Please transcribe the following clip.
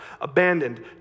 abandoned